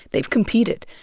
they've competed,